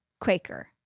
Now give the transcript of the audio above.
Quaker